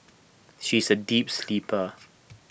she is A deep sleeper